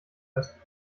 heißt